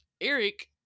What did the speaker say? Eric